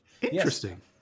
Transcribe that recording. interesting